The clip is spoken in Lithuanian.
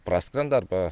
praskrenda arba